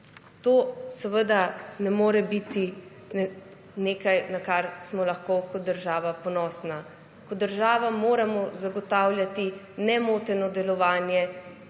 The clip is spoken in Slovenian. To seveda ne more biti nekaj, na kar smo lahko kot država ponosni. Kot država moramo zagotavljati nemoteno delovanje